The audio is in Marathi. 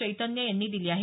चैतन्य यांनी दिली आहे